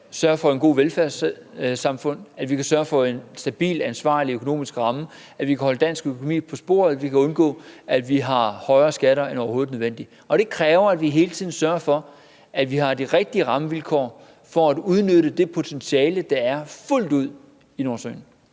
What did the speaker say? sørge for et godt velfærdssamfund, så vi kan sørge for en stabil, ansvarlig økonomisk ramme, så vi kan holde dansk økonomi på sporet, og så vi kan undgå, at vi har højere skatter end højst nødvendigt. Og det kræver, at vi hele tiden sørger for, at vi har de rigtige rammevilkår for at udnytte det potentiale, der er i Nordsøen,